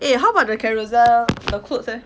eh how about the carousell the clothes eh